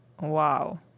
Wow